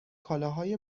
کالاهای